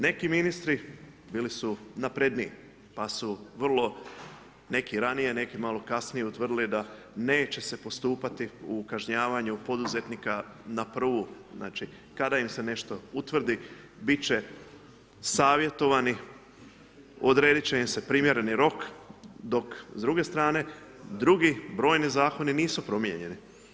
Neki ministri bili su napredniji, pa su vrlo, neki ranije, neki malo kasnije, utvrdili da neće se postupati u kažnjavanju poduzetnika na prvu, znači, kada im se nešto utvrdi, biti će savjetovani, odrediti će im se primjereni rok, dok s druge strane, drugi brojni Zakoni nisu promijenjeni.